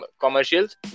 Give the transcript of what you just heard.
commercials